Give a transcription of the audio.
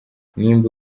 nimba